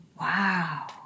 Wow